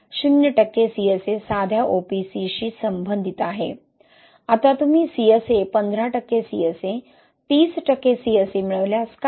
0 टक्के CSA साध्या OPC शी संबंधित आहे आता तुम्ही CSA 15 टक्के CSA 30 टक्के CSA मिळवल्यास काय होईल